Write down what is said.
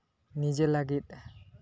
ᱱᱤᱡᱮ ᱞᱟᱹᱜᱤᱫ